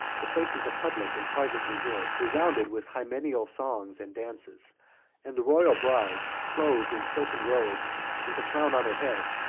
the places of public and private resort, resounded with hymeneal songs and dances and the royal bride, clothed in silken robes, with a crown on her head,